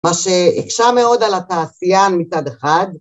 מה שהקשה מאוד על התעשיין מצד אחד